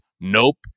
Nope